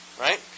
right